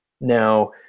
Now